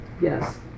Yes